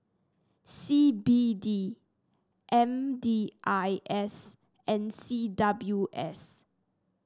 C B D M D I S and C W S